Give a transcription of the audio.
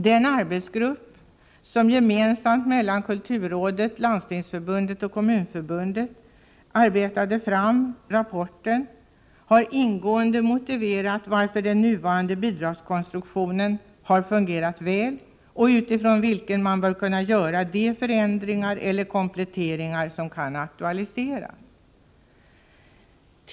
Den arbetsgrupp — gemensam för kulturrådet, Landstingsförbundet och Kommunförbundet — som arbetade fram rapporten har ingående motiverat varför den nuvarande bidragskonstruktionen har fungerat väl. Arbetsgruppen anser att man utifrån denna konstruktion bör kunna göra de förändringar eller kompletteringar som kan aktualiseras.